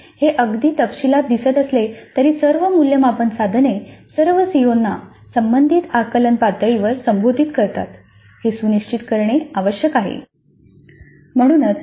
तथापि हे अगदी तपशीलात दिसत असले तरी सर्व मूल्यमापन साधने सर्व सीओना संबंधित आकलन पातळीवर संबोधित करतात हे सुनिश्चित करणे आवश्यक आहे